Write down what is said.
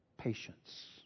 Patience